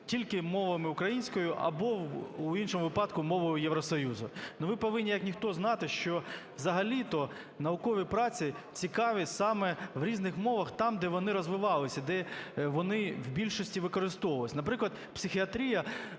тільки мовами українською або у іншому випадку мовою Євросоюзу. Ну, ви повинні як ніхто знати, що взагалі-то наукові праці цікаві саме в різних мовах, там, де вони розвивалися, де вони в більшості використовувалися. Наприклад, психіатрія,